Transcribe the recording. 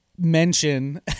mention